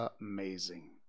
amazing